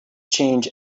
change